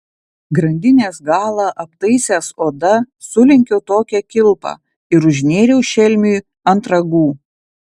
grandinės galą aptaisęs oda sulenkiau tokią kilpą ir užnėriau šelmiui ant ragų